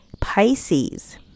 Pisces